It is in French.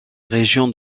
région